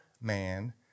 man